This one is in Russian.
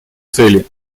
цели